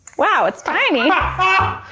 wow. it's tiny. and